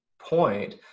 point